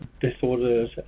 Disorders